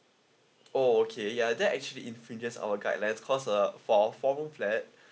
oh okay ya that actually infringes our guideline cause uh for our four room flat